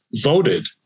voted